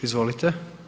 Izvolite.